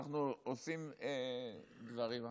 אנחנו עושים דברים אחרים.